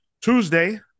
Tuesday